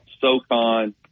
SoCon